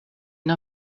une